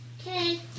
Okay